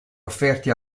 offerti